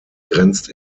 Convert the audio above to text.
grenzt